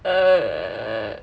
err